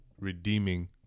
redeeming